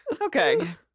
Okay